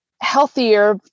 healthier